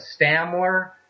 Stamler